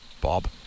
Bob